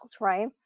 right